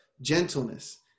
gentleness